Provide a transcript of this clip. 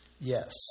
Yes